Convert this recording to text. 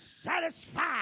satisfied